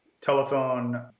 telephone